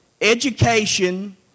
education